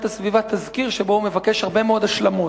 הסביבה תזכיר שבו הוא מבקש הרבה מאוד השלמות.